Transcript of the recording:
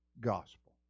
gospel